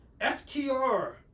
FTR